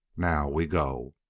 now, we go!